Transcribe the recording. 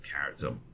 character